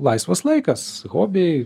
laisvas laikas hobiai